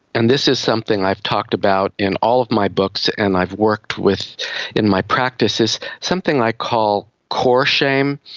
and this is something i've talked about in all of my books and i've worked with in my practices, something i call core shame,